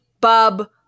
Bub